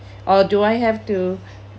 or do I have to